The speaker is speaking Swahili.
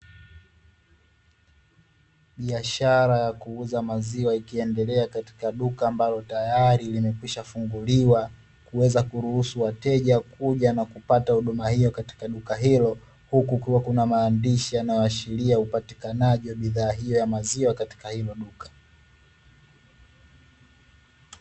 Biashara ya kuuza maziwa, ikiendelea katika duka ambalo tayari limekwishafunguliwa kuweza kuruhusu wateja kuja na kupata huduma hiyo katika duka hilo, huku kukiwa kuna maandishi yanayoashiria upatikani wa bidhaa hiyo ya maziwa katika hilo duka.